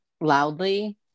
loudly